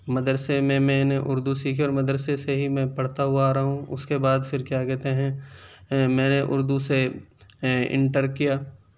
مدرسے میں میں نے اردو سیکھی اور مدرسے سے ہی میں پڑھتا ہوا آ رہا ہوں اس کے بعد پھر کیا کہتے ہیں میں نے اردو سے انٹر کیا